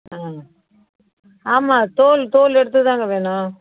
ஆமாங்க ஆமாம் தோல் தோல் எடுத்து தாங்க வேணும்